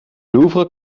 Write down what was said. louvre